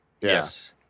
yes